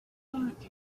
want